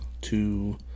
two